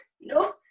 No